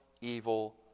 evil